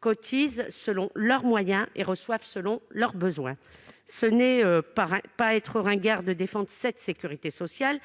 cotisent selon leurs moyens et reçoivent selon leurs besoins. Ce n'est pas être ringard que de défendre cette sécurité sociale,